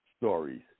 stories